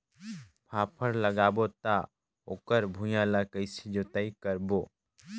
फाफण लगाबो ता ओकर भुईं ला कइसे जोताई करबो?